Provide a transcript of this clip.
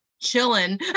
chilling